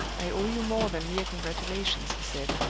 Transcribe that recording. i owe you more than mere congratulations, he said.